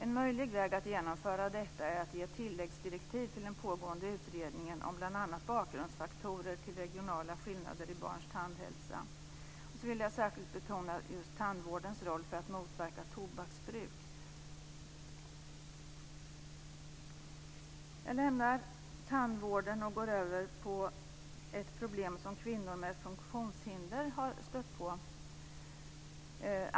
En möjlig väg att genomföra detta är att utfärda ett tilläggsdirektiv till den pågående utredningen om bl.a. bakgrundsfaktorer till regionala skillnader i barns tandhälsa. Sedan vill jag särskilt betona tandvårdens roll för att motverka tobaksbruk. Då går jag över på ett problem som kvinnor med funktionshinder har stött på.